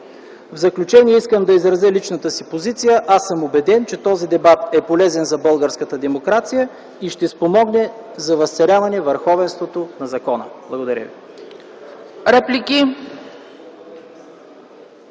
В заключение искам да изразя личната си позиция. Аз съм убеден, че този дебат е полезен за българската демокрация и ще спомогне за възцаряване върховенството на закона. Благодаря.